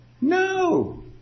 No